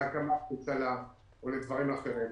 להקמת ממשלה, או לדברים אחרים.